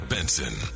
Benson